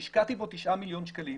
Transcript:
שהשקעתי בו תשעה מיליון שקלים.